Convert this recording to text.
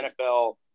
NFL